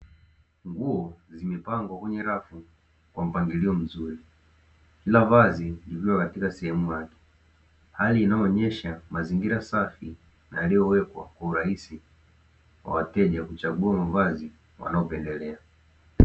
Nguo zimepangwa kwenye rafu kwa mpangilio mzuri kila vazi likiwa katika sehemu yake, hali inayoonesha mazingira safi na yaliyowekwa urahisi kwa wateja kuchagua mavazi wanayopendelea.